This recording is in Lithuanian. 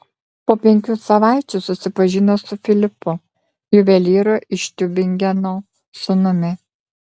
po penkių savaičių susipažino su filipu juvelyro iš tiubingeno sūnumi